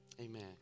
Amen